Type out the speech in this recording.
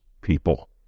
people